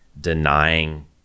denying